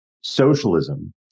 socialism